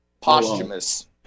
Posthumous